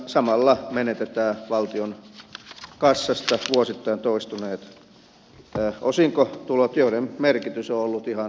samalla menetetään valtion kassasta vuosittain toistuneet osinkotulot joiden merkitys on ollut ihan miljardiluokkaa vuositasolla